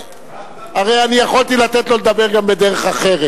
הרי יכולתי לתת לו לדבר גם בדרך אחרת.